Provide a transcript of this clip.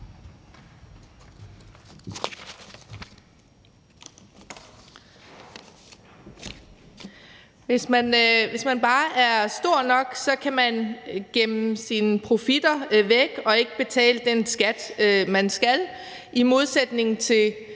Hvis man bare er stor nok, kan man gemme sine profitter væk og ikke betale den skat, man skal, i modsætning til